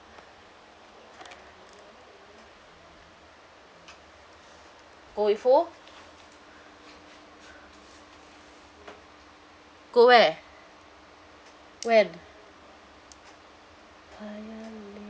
go with who go where when